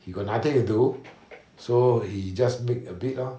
he got nothing to do so he just make a bit lor